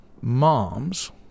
moms